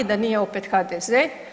Da nije opet HDZ?